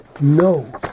No